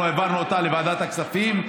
אנחנו העברנו אותה לוועדת הכספים,